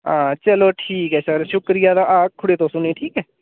हां चलो ठीक ऐ सर शुक्रिया ते आखी ओड़ेओ तुस उनेंगी ठीक ऐ